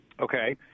Okay